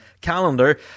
calendar